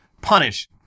punish